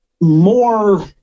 more